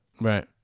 Right